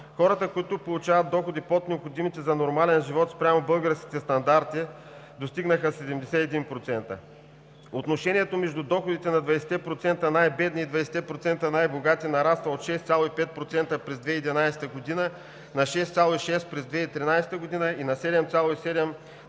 Хората, които получават доходи под необходимите за нормален живот спрямо българските стандарти, достигнаха 71%. Отношението между доходите на 20-те процента най-бедни и 20-те процента най-богати нараства от 6,5% през 2011 г., на 6,6% през 2013 г. и на 7,7%